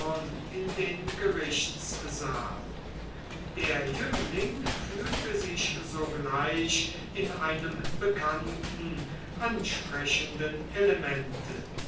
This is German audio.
in den gerichtssaal der jüngling fühlte sich sogleich in einem bekannten ansprechenden elemente